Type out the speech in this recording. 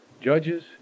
Judges